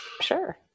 sure